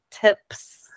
tips